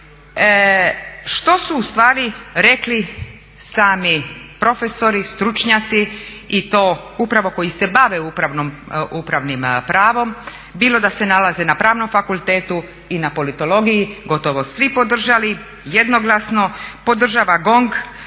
što su ustvari rekli sami profesori, stručnjaci i to upravo koji se bave upravnim pravom bilo da se nalaze na Pravnom fakultetu i na politologiji, gotovo svi podržali jednoglasno, podržava GONG,